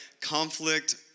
conflict